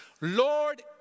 Lord